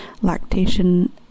lactation